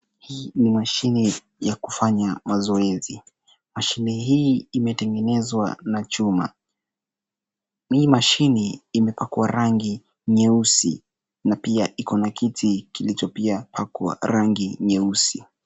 Hii ni mashine ya kufanya mazoezi. Mashine hii imetengenezwa na chuma. Hii mashine imepakwa rangi nyeusi, na pia iko na kiti, kilicho pia pakwa rangi nyeusi.